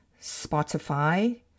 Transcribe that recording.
Spotify